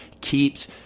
keeps